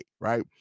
right